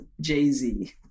Jay-Z